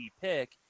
pick